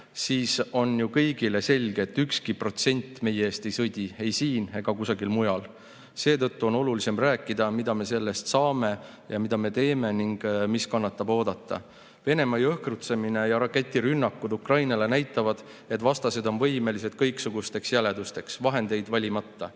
siis on ju kõigile selge, et ükski protsent meie eest ei sõdi, ei siin ega kusagil mujal. Seetõttu on olulisem rääkida, mida me selle eest saame ja mida me teeme ning mis kannatab oodata. Venemaa jõhkrutsemine ja raketirünnakud Ukrainale näitavad, et vastased on võimelised kõiksugusteks jäledusteks vahendeid valimata.